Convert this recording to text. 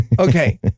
Okay